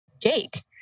Jake